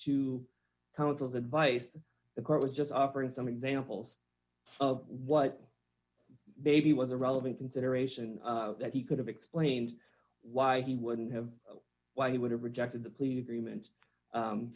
to counsel's advice the court was just offering some examples of what baby was a relevant consideration that he could have explained why he wouldn't have why he would have rejected the plea agreements